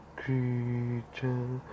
creature